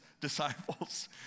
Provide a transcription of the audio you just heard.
disciples